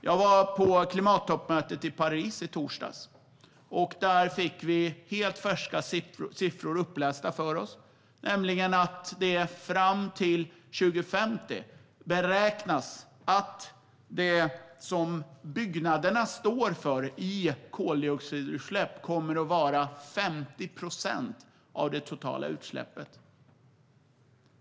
Jag var på klimattoppmötet i Paris i torsdags, och där fick vi helt färska siffror upplästa för oss: Fram till 2050 beräknas det som byggnaderna står för i koldioxidutsläpp att vara 50 procent av det totala utsläppet.